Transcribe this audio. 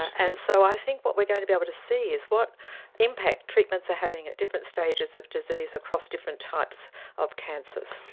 and so i think what we are going to be able to see is what impact treatments are having at different stages of disease across different types of cancers.